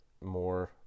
more